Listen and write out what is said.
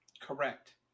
Correct